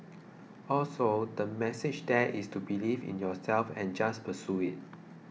also the message there is to believe in yourself and just pursue it